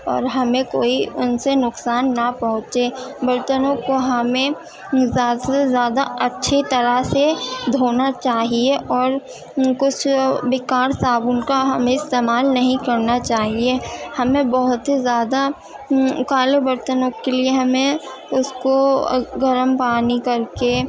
اور ہمیں کوئی ان سے نقصان نہ پہنچے برتنوں کو ہمیں زیادہ سے زیادہ اچھی طرح سے دھونا چاہیے اور ان کو بیکار صابن کا ہمیں استعمال نہیں کرنا چاہیے ہمیں بہت ہی زیادہ کالے برتنوں کے لیے ہمیں اس کو گرم پانی کر کے